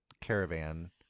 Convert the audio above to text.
caravan